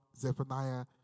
Zephaniah